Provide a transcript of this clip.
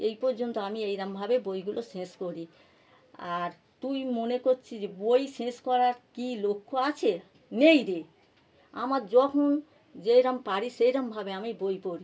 এই পর্যন্ত আমি এইরকমভাবে বইগুলো শেষ করি আর তুই মনে করছি যে বই শেষ করার কি লক্ষ্য আছে নেই রে আমার যখন যেইরকম পারি সেইরকমভাবে আমি বই পড়ি